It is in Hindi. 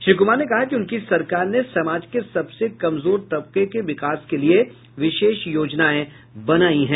श्री क्मार ने कहा कि उनकी सरकार ने समाज के सबसे कमजोर तबके के विकास के लिए विशेष योजनाएं बनायी है